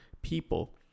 People